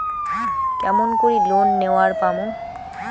কেমন করি লোন নেওয়ার পামু?